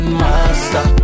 master